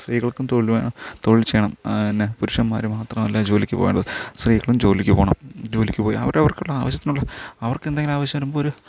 സ്ത്രീകൾക്കും തൊഴില് വേണം തൊഴിൽ ചെയ്യണം പിന്നെ പുരുഷന്മാര് മാത്രമല്ല ജോലിക്കു പോവേണ്ടത് സ്ത്രീകളും ജോലിക്കു പോകണം ജോലിക്കു പോയി അവരവർക്കുള്ള ആവശ്യത്തിനുള്ള അവർക്കെന്തെങ്കിലും ആവശ്യം വരുമ്പോള് ഒരു